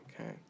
Okay